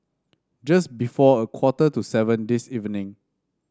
just before a quarter to seven this evening